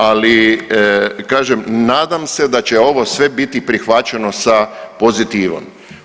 Ali kažem nadam se da će ovo sve biti prihvaćeno sa pozitivom.